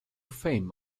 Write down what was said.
fame